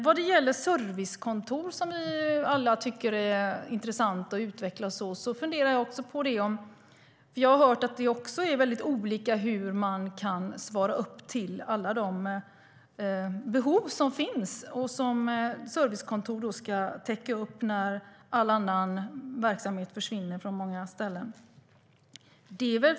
När det gäller servicekontor som vi alla tycker är intressant att utveckla har jag hört att det ser mycket olika ut i fråga om hur man kan tillgodose alla behov som finns och som servicekontor ska täcka upp när all annan verksamhet försvinner från många ställen.